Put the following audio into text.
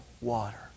water